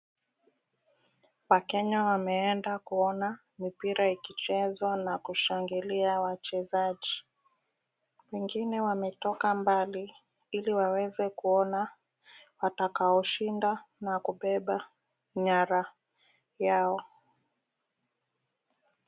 Wakenya wameenda kuona mipira ikichezwa na kushangilia wachezaji. Wengine wametoka mbali ili waweze kuona watakao shinda na kubeba nyara yao.